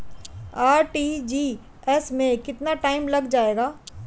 RTGS में कितना time लग जाएगा?